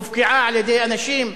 הופקעה על-ידי אנשים.